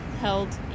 held